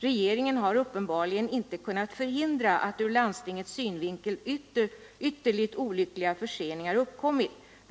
Regeringen har uppenbarligen inte kunnat förhindra att ur landstingets synvinkel ytterligt olyckliga förseningar uppkommit.